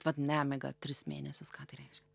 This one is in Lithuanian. vat nemiga tris mėnesius ką tai reiškia